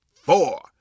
four